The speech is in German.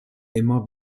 immer